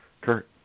Kurt